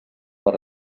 per